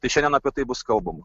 tai šiandien apie tai bus kalbama